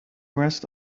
rest